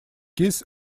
kiss